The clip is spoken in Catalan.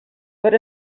per